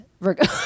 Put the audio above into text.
Virgo